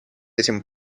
этим